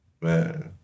Man